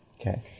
Okay